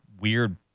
weird